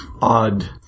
odd